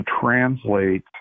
translate